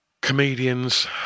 comedians